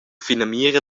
finamira